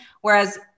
Whereas